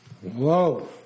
Whoa